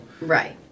right